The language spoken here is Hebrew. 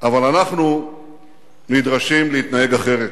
אבל אנחנו נדרשים להתנהג אחרת,